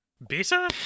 better